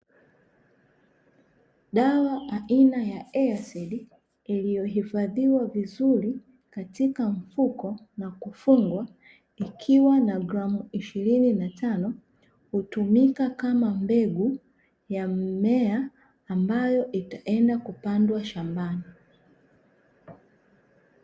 Dawa aina ya "EASEED" iliyohifadhiwa vizuri katika mfuko na kufungwa, ikiwa na gramu ishirini na tano hutumika kama mbegu ya mmea, ambayo itaenda kupandwa shambani.